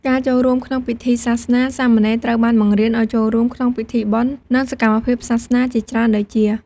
ការចូលរួមក្នុងពិធីសាសនា សាមណេរត្រូវបានបង្រៀនឱ្យចូលរួមក្នុងពិធីបុណ្យ និងសកម្មភាពសាសនាជាច្រើនដូចជា។